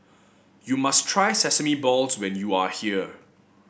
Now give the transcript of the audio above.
you must try Sesame Balls when you are here